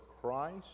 Christ